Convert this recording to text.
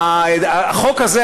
החוק הזה,